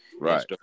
right